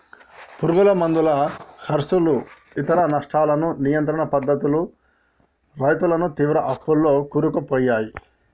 పురుగు మందుల కర్సు ఇతర నష్టాలను నియంత్రణ పద్ధతులు రైతులను తీవ్ర అప్పుల్లో కూరుకుపోయాయి